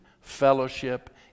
fellowship